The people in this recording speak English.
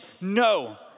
No